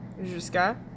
jusqu'à